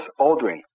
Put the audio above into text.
Aldrin